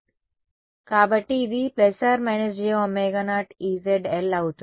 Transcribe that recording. కాబట్టి ఇది ± jω0 Ez l అవుతుంది